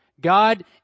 God